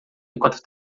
enquanto